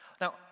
Now